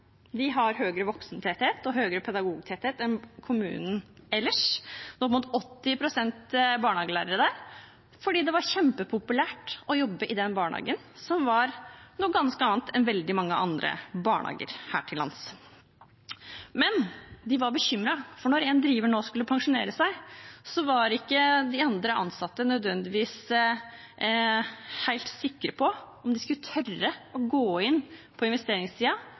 De har høyere voksentetthet og høyere pedagogtetthet enn kommunen ellers, med opp mot 80 pst. barnehagelærere der, for det var kjempepopulært å jobbe i den barnehagen, som var noe ganske annet enn veldig mange andre barnehager her til lands. Men de var bekymret, for når en driver nå skulle pensjonere seg, var ikke de andre ansatte nødvendigvis helt sikre på om de skulle tørre å gå inn på